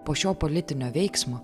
po šio politinio veiksmo